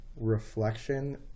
reflection